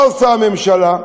מה עושה הממשלה?